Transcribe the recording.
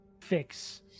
fix